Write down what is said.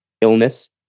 illness